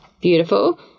Beautiful